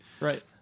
Right